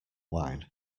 wine